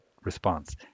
response